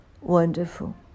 wonderful